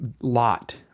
Lot